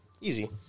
Easy